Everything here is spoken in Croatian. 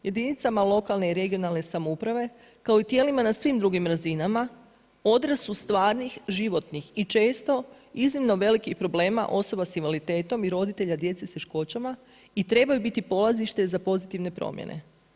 Jedinicama lokalne i regionalne samouprave kao i tijelima na svim drugim razinama, odraz su stvarnih, životnih i često iznimno velikih problema osoba sa invaliditetom i roditelja djece s poteškoćama i trebaju biti polazište za pozitivne promjene.